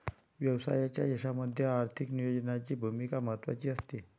व्यवसायाच्या यशामध्ये आर्थिक नियोजनाची भूमिका महत्त्वाची असते